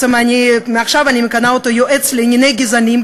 שמעכשיו אני מכנה אותו "יועץ לענייני גזענים",